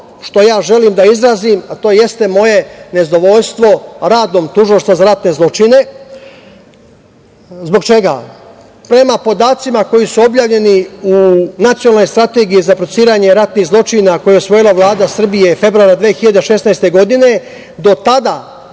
što želim da izrazim, a to jeste moje nezadovoljstvo radom Tužilaštva za ratne zločine. Zbog čega? Prema podacima koji su objavljeni u Nacionalnoj strategiji za procesuiranje ratnih zločina, koje je usvojila Vlada Srbije februara 2016. godine, do tada